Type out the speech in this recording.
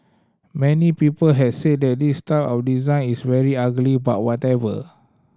many people have said that this style of design is very ugly but whatever